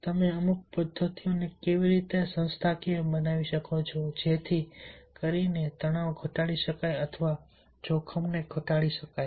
તમે અમુક પદ્ધતિઓને કેવી રીતે સંસ્થાકીય બનાવી શકો છો જેથી કરીને તણાવને ઘટાડી શકાય અથવા જોખમને ઘટાડી શકાય